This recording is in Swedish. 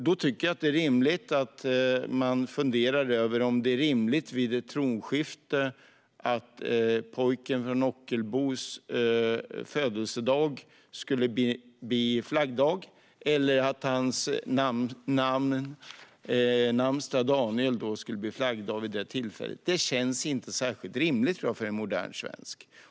Då bör vi fundera på om det vid ett tronskifte är rimligt att pojken från Ockelbos födelsedag och namnsdag ska bli flaggdagar. Det känns inte så för en modern svensk.